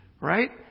right